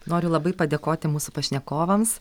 noriu labai padėkoti mūsų pašnekovams